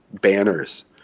banners